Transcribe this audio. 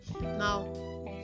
Now